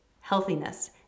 healthiness